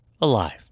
alive